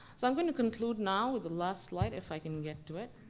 so i'm going to conclude now with the last slide if i can get to it.